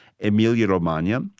Emilia-Romagna